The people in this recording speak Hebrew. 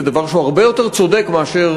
זה דבר שהוא הרבה יותר צודק מאשר,